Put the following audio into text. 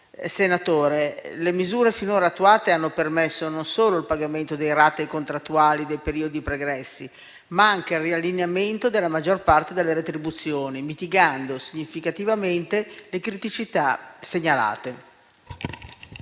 Meloni, le misure finora attuate hanno permesso non solo il pagamento dei ratei contrattuali dei periodi pregressi, ma anche il riallineamento della maggior parte delle retribuzioni, mitigando significativamente le criticità segnalate.